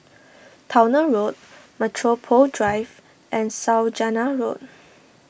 Towner Road Metropole Drive and Saujana Road